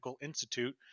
Institute